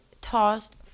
tossed